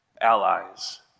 allies